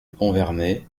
vernay